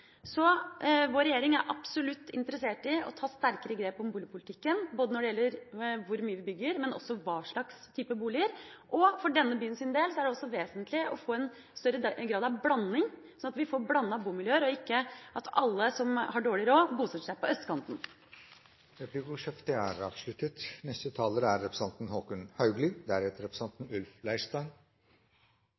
Så vår regjering er absolutt interessert i å ta sterkere grep om boligpolitikken både når det gjelder hvor mye vi bygger, og hva slags type boliger. For denne byens del er det også vesentlig å få en større grad av blanding, sånn at vi får blandede bomiljøer, og at ikke at alle som har dårlig råd, bosetter seg på østkanten. Replikkordskiftet er avsluttet. Det sies ofte, men det er